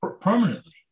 permanently